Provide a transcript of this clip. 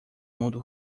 mundo